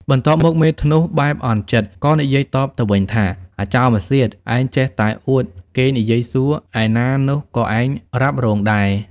បន្ទាប់មកមេធ្នស់ បែបអន់ចិត្ត ក៏និយាយតបទៅវិញថា អាចោលម្សៀត ឯងចេះតែអួត គេនិយាយសួរ ឯណានោះក៏ឯងរ៉ាប់រងដែរ។